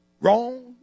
Wrong